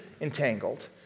entangled